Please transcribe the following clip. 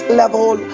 level